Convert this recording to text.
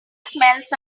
smells